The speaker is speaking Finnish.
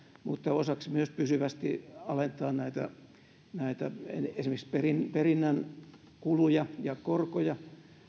mutta pitäisi osaksi myös pysyvästi alentaa esimerkiksi perinnän kuluja ja korkoja